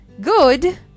good